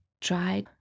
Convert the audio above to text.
try